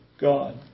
God